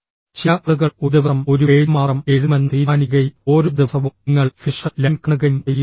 ചില ആളുകൾ ഒരു ദിവസം ഒരു പേജ് മാത്രം എഴുതുമെന്ന് തീരുമാനിക്കുകയും ഓരോ ദിവസവും നിങ്ങൾ ഫിനിഷ് ലൈൻ കാണുകയും ചെയ്യുന്നു